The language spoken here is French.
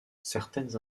certaines